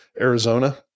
Arizona